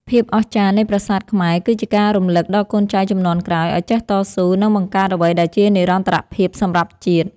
ភាពអស្ចារ្យនៃប្រាសាទខ្មែរគឺជាការរំឮកដល់កូនចៅជំនាន់ក្រោយឱ្យចេះតស៊ូ និង បង្កើតអ្វីដែលជានិរន្តរភាពសម្រាប់ជាតិ។